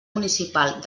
municipal